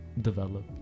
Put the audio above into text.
develop